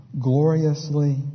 gloriously